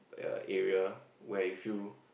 err area where you feel